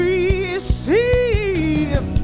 Receive